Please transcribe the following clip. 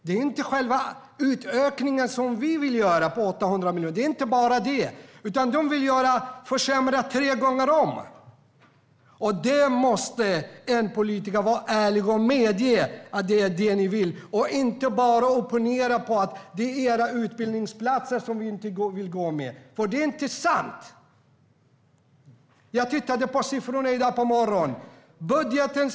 Det är inte bara själva utökningen som vi vill göra på 800 miljoner, utan de vill försämra tre gånger om. Du måste vara ärlig och medge att det är det ni vill och inte bara opponera dig mot att det är era utbildningsplatser som vi inte vill gå med på, för det är inte sant. Jag tittade på siffrorna i dag på morgonen.